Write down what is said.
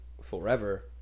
forever